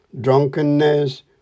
drunkenness